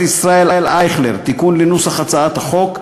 ישראל אייכלר תיקון לנוסח הצעת החוק,